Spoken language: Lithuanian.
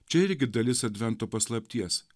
čia irgi dalis advento paslapties